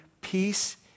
peace